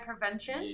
prevention